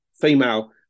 female